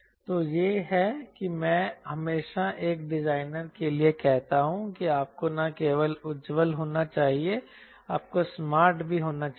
तो यह है कि मैं हमेशा एक डिजाइनर के लिए कहता हूं कि आपको न केवल उज्ज्वल होना चाहिए आपको स्मार्ट भी होना चाहिए